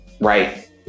Right